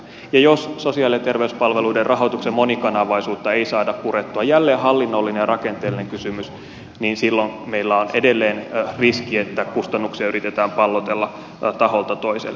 ja jos sosiaali ja terveyspalveluiden rahoituksen monikanavaisuutta ei saada purettua jälleen hallinnollinen ja rakenteellinen kysymys niin silloin meillä on edelleen riski että kustannuksia yritetään pallotella taholta toiselle